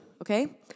okay